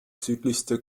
südlichste